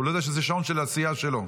הוא לא יודע שזה שעון של הסיעה שלו.